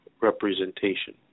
representation